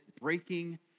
breaking